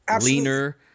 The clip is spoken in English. leaner